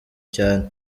cyane